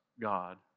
God